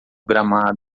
gramado